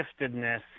giftedness